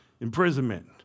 imprisonment